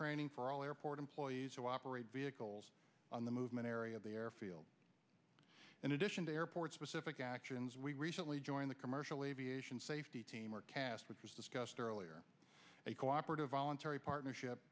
training for all airport employees who operate vehicles on the movement area of the airfield in addition to airport specific actions we recently joined the commercial aviation safety team or discussed earlier a cooperative voluntary partnership